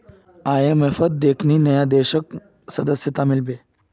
आईएमएफत देखनी नया देशक सदस्यता मिल बे